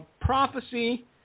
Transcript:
prophecy